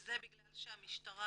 זה בגלל שהמשטרה